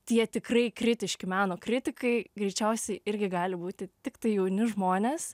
tie tikrai kritiški meno kritikai greičiausiai irgi gali būti tiktai jauni žmonės